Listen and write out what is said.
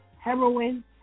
heroin